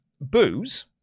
booze